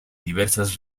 diversas